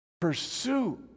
pursue